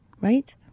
Right